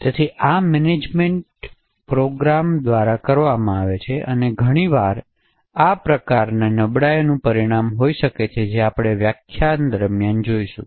તેથી આ management programmer દ્વારા કરવામાં આવે છે અને ઘણી વાર આ વિવિધ પ્રકારની નબળાઈઓનું પરિણામ હોઈ શકે છે જે આપણે આ વ્યાખ્યાન દરમિયાન જોશું